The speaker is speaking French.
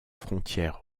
frontière